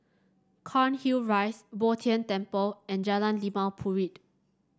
Cairnhill Rise Bo Tien Temple and Jalan Limau Purut